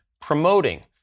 promoting